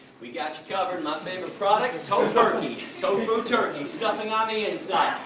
we've got you covered. my favorite product? and tofurky! tofu turkey! stuffing on the inside!